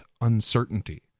uncertainty